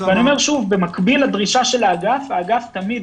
אני אומר שוב במקביל לדרישה של האגף, האגף תמיד